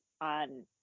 on